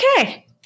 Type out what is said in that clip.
okay